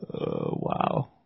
Wow